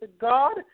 God